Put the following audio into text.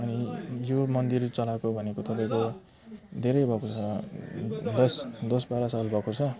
अनि यो मन्दिर चलाएको भनेको तपाईँको धेरै भएको छ दस दस बाह्र साल भएको छ